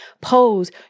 pose